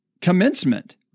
commencement